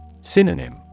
Synonym